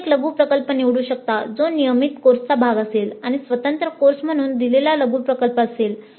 आपण एक लघु प्रकल्प निवडू शकता जो नियमित कोर्सचा भाग असेल किंवा स्वतंत्र कोर्स म्हणून दिलेला लघु प्रकल्प असेल